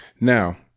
Now